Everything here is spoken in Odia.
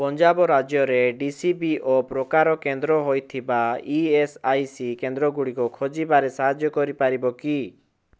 ପଞ୍ଜାବ ରାଜ୍ୟରେ ଡି ସି ବି ଓ ପ୍ରକାର କେନ୍ଦ୍ର ହୋଇଥିବା ଇ ଏସ୍ ଆଇ ସି କେନ୍ଦ୍ର ଗୁଡ଼ିକ ଖୋଜିବାରେ ସାହାଯ୍ୟ କରିପାରିବ କି